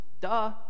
Duh